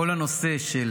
כל הנושא של